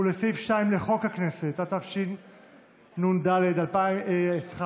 ולסעיף 2 לחוק הכנסת, התשנ"ד 1994,